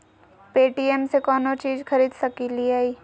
Paytm से कौनो चीज खरीद सकी लिय?